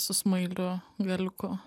su smailiu galiuku